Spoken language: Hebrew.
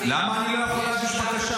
אז למה אני לא יכול להגיש בקשה?